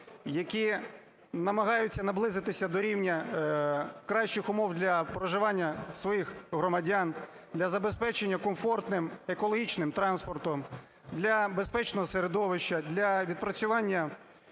які намагаються наблизитися до рівня кращих умов для проживання своїх громадян, для забезпечення комфортним екологічним транспортом, для безпечного середовища, для відпрацювання